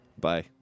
Bye